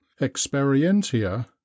Experientia